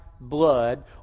blood